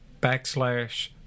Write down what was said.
backslash